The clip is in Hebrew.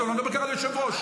תודה רבה.